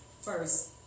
first